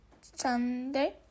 Sunday